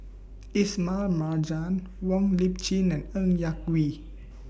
Ismail Marjan Wong Lip Chin and Ng Yak Whee